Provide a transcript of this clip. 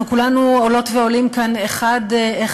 אנחנו כולנו עולות ועולים כאן אחד-אחד,